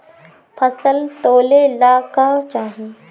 फसल तौले ला का चाही?